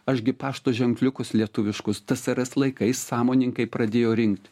aš gi pašto ženkliukus lietuviškus tsrs laikais sąmoningai pradėjo rinkt